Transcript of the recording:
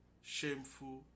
shameful